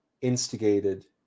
instigated